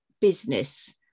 business